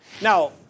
Now